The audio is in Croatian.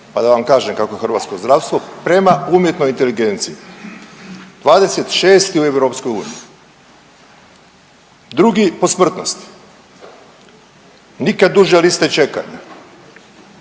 pa da vam kažem kakvo je hrvatsko zdravstvo prema umjetnoj inteligenciji, 26. u EU, drugi po smrtnosti, nikad duže liste čekanja,